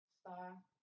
Star